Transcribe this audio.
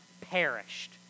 perished